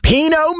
Pino